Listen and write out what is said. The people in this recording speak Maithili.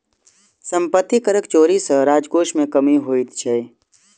सम्पत्ति करक चोरी सॅ राजकोश मे कमी होइत छै